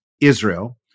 Israel